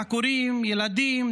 ילדים,